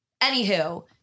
Anywho